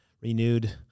renewed